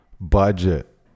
budget